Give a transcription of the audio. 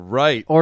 right